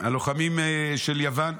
הלוחמים של יוון.